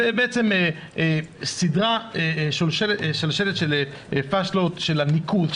זו שרשרת של פאשלות של הניקוז,